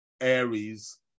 Aries